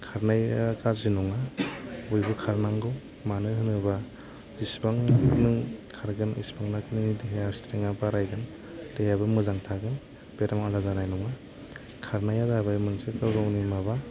खारनाया गाज्रि नङा बयबो खारनांगौ मानो होनोबा बिसिबां नों खारगोन एसेबां नाखि नोंनि देहायाव सिथ्रेन्थया बारायगोन देहायाबो मोजां थागोन बेराम आजार जानाय नङा खारनाया गाव गावनि माबा